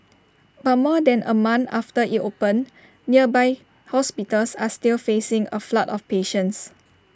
but more than A month after IT opened nearby hospitals are still facing A flood of patients